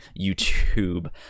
YouTube